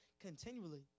continually